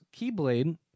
Keyblade